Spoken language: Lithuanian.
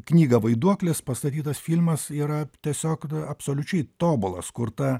knygą vaiduoklis pastatytas filmas yra tiesiog absoliučiai tobulas kur ta